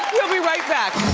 we'll be right back.